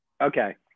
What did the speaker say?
okay